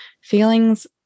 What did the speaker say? Feelings